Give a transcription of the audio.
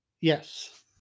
Yes